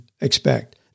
expect